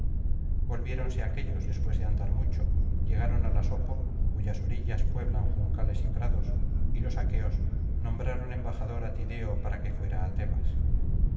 volviéronse aquéllos después de andar mucho llegaron al asopo cuyas orillas pueblan juncales y prados y los aqueos nombraron embajador á tideo para que fuera á tebas